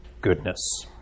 goodness